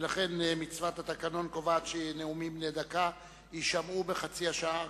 ולכן מצוות התקנון קובעת שנאומים בני דקה יישמעו בחצי השעה הראשונה.